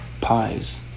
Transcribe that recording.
pies